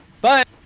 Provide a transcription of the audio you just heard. but-